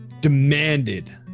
demanded